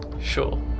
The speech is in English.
Sure